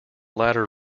latter